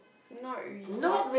not really